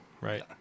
right